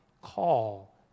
call